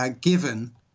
Given